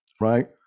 right